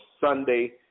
Sunday